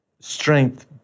strength